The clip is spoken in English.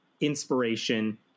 inspiration